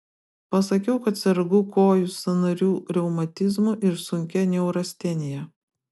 pasakiau kad sergu kojų sąnarių reumatizmu ir sunkia neurastenija